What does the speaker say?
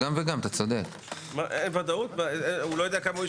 לעומת זאת, זה לגבי היתר פרטני.